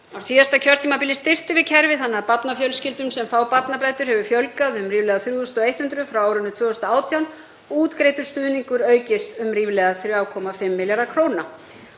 á síðasta kjörtímabili styrktum við kerfið þannig að barnafjölskyldum sem fá barnabætur hefur fjölgað um ríflega 3.100 frá árinu 2018 og útgreiddur stuðningur hefur aukist um ríflega 3,5 milljarða króna.